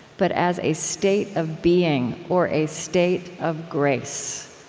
but as a state of being, or a state of grace,